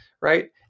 right